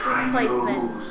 displacement